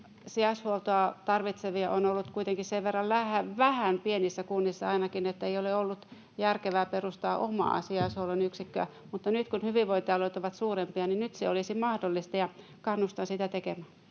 sijaishuoltoa tarvitsevia on ollut kuitenkin sen verran vähän, ainakin pienissä kunnissa, että ei ole ollut järkevää perustaa omaa sijaishuollon yksikköä. Mutta nyt kun hyvinvointialueet ovat suurempia, se olisi mahdollista, ja kannustan sitä tekemään.